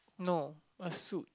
no my suit